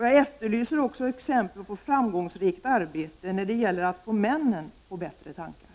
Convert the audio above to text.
Jag efterlyser också exempel på framgångsrikt arbete när det gäller att få männen på bättre tankar,